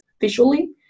visually